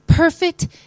Perfect